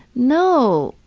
no,